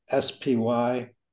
SPY